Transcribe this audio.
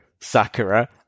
Sakura